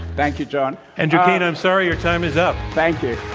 thank you, john andrew keen, i'm sorry. your time is up. thank you.